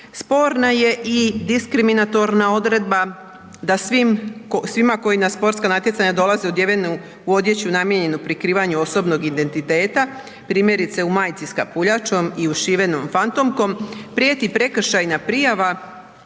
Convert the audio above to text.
Sporna je i diskriminatorna odredba da svima koji na sportska natjecanja dolaze odjeveni u odjeću namijenjenu prikrivanju osobnog identiteta, primjerice u majici s kapuljačom i ušivenom fantomkom, prijeti prekršajna prijava